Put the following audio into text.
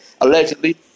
allegedly